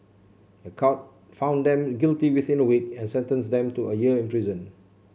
a court found them guilty within a week and sentenced them to a year in prison